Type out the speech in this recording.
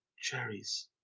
Cherries